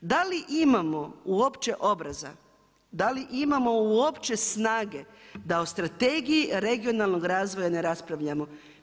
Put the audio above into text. Da li imamo uopće obraza, da li imamo uopće snage da o strategiji regionalnog razvoja ne raspravljamo.